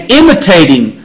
imitating